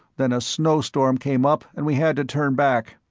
then a snowstorm came up and we had to turn back.